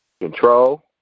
Control